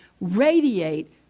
radiate